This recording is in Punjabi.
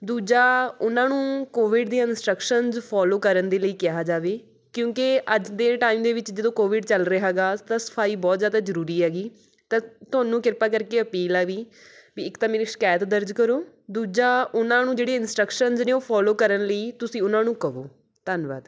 ਦੂਜਾ ਉਹਨਾਂ ਨੂੰ ਕੋਵਿਡ ਦੀਆਂ ਇੰਸਟਰਕਸ਼ਨਸ ਫੋਲੋ ਕਰਨ ਦੇ ਲਈ ਕਿਹਾ ਜਾਵੇ ਕਿਉਂਕਿ ਅੱਜ ਦੇ ਟਾਈਮ ਦੇ ਵਿੱਚ ਜਦੋਂ ਕੋਵਿਡ ਚੱਲ ਰਿਹਾ ਗਾ ਤਾਂ ਸਫ਼ਾਈ ਬਹੁਤ ਜ਼ਿਆਦਾ ਜ਼ਰੂਰੀ ਹੈਗੀ ਤਾਂ ਤੁਹਾਨੂੰ ਕਿਰਪਾ ਕਰਕੇ ਅਪੀਲ ਆ ਵੀ ਵੀ ਇੱਕ ਤਾਂ ਮੇਰੀ ਸ਼ਿਕਾਇਤ ਦਰਜ ਕਰੋ ਦੂਜਾ ਉਹਨਾਂ ਨੂੰ ਜਿਹੜੇ ਇੰਸਟਰਕਸ਼ਨਸ ਨੇ ਉਹ ਫੋਲੋ ਕਰਨ ਲਈ ਤੁਸੀਂ ਉਹਨਾਂ ਨੂੰ ਕਹੋ ਧੰਨਵਾਦ